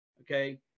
okay